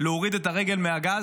להוריד את הרגל מהגז.